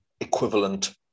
equivalent